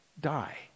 die